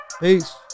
Peace